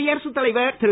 குடியரசுத் தலைவர் திரு